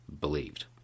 believed